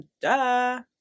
Duh